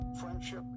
friendship